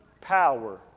power